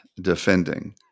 defending